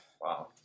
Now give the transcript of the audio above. Wow